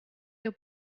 your